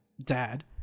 dad